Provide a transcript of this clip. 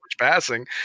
passing